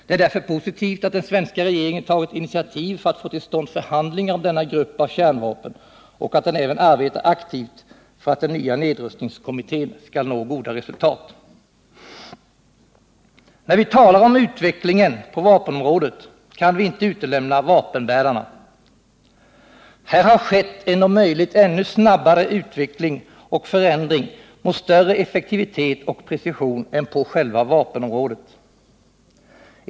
Det är därför positivt att den svenska regeringen har tagit initiativ för att få till stånd förhandlingar om denna grupp av kärnvapen och att den även arbetar aktivt för att den nya nedrustningskommittén skall nå goda resultat. När vi talar om utvecklingen på vapenområdet, kan vi inte utelämna vapenbärarna. Här har skett en om möjligt ännu snabbare utveckling och förändring mot större effektivitet och precision än på själva vapenområdet.